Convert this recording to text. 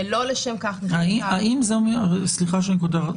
ולא לשם כך --- סליחה שאני קוטע אותך.